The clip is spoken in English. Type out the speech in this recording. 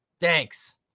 Thanks